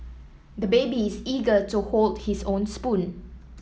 the baby is eager to hold his own spoon